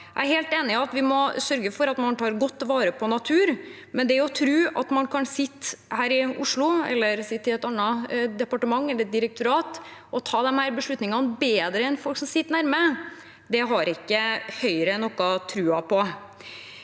Jeg er helt enig i at vi må sørge for å ta godt vare på naturen, men at man kan sitte her i Oslo eller i et eller annet departement eller direktorat og ta disse beslutningene bedre enn folk som sitter nær, har ikke Høyre noe tro på.